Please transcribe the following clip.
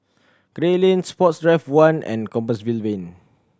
Gray Lane Sports Drive One and Compassvale Lane